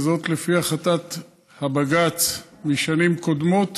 וזאת לפי החלטת הבג"ץ משנים קודמות.